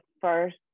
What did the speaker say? first